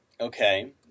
Okay